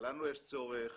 לנו יש צורך